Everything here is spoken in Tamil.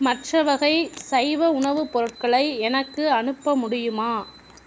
மற்ற வகை சைவ உணவு பொருட்களை எனக்கு அனுப்ப முடியுமா